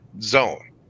zone